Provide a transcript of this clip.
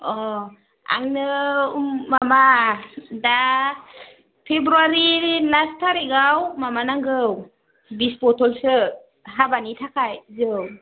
अ आंनो माबा दा फेब्रुवारि लास्ट थारिखआव माबा नांगौ बिस बथलसो हाबानि थाखाय जौ